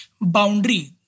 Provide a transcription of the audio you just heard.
boundary